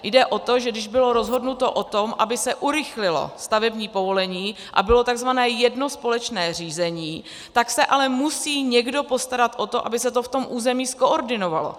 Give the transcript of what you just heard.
Jde o to, že když bylo rozhodnuto o tom, aby se urychlilo stavební povolení a bylo tzv. jedno společné řízení, tak se ale musí někdo postarat o to, aby se to v tom území zkoordinovalo.